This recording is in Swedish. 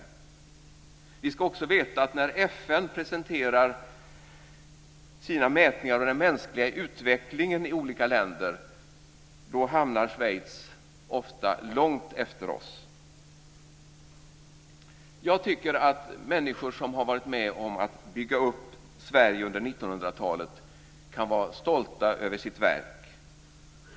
Vi ska också veta att när FN presenterar sina mätningar av den mänskliga utvecklingen i olika länder, då hamnar Schweiz ofta långt efter oss. Jag tycker att människor som har varit med om att bygga upp Sverige under 1900-talet kan vara stolta över sitt verk.